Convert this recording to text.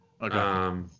Okay